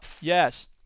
Yes